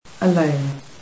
Alone